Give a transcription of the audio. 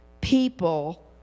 people